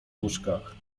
łóżkach